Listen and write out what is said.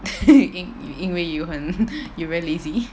因因为 you 很 you very lazy